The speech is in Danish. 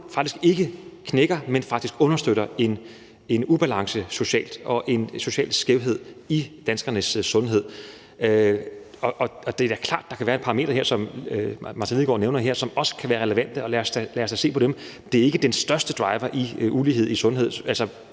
i dag ikke knækker, at man faktisk understøtter en social ubalance og en social skævhed i danskernes sundhed. Det er da klart, at der kan være et parameter, som hr. Martin Lidegaard nævner her, som også kan være relevant, og lad os da se på det. Det er ikke den største driver i uligheden i sundhed.